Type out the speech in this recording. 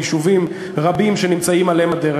ביישובים רבים שנמצאים על אם הדרך.